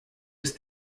ist